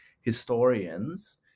historians